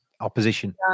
opposition